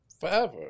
Forever